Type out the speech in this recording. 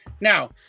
now